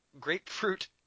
Grapefruit